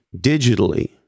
digitally